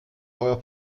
euer